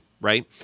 right